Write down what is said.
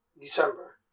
December